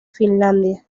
finlandia